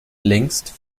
längst